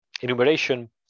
enumeration